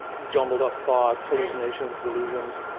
jumbled up thoughts, hallucinations, delusions.